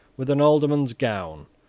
with an alderman's gown,